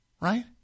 right